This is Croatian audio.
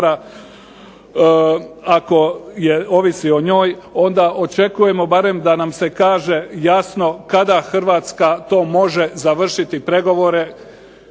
Hrvatska to može završiti pregovore